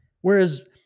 Whereas